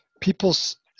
people's